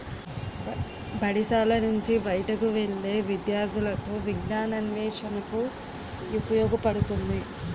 బడిశాల నుంచి బయటకు వెళ్లే విద్యార్థులకు విజ్ఞానాన్వేషణకు ఉపయోగపడుతుంది